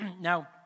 Now